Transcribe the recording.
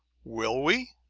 will we?